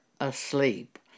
asleep